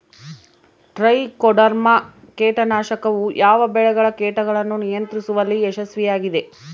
Trichoderma ಕೇಟನಾಶಕವು ಯಾವ ಬೆಳೆಗಳ ಕೇಟಗಳನ್ನು ನಿಯಂತ್ರಿಸುವಲ್ಲಿ ಯಶಸ್ವಿಯಾಗಿದೆ?